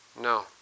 No